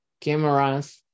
cameras